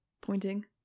pointing